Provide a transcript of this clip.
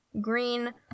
Green